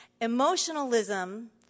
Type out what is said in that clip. Emotionalism